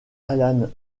alan